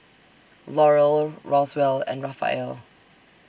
Laurel Roswell and Raphael